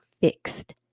fixed